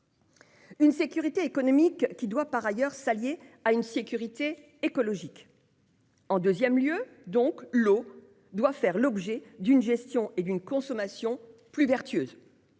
telle sécurité économique doit par ailleurs aller de pair avec une sécurité écologique. En second lieu, l'eau doit faire l'objet d'une gestion et d'une consommation plus vertueuses.